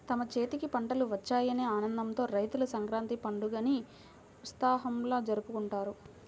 తమ చేతికి పంటలు వచ్చాయనే ఆనందంతో రైతులు సంక్రాంతి పండుగని ఉత్సవంలా జరుపుకుంటారు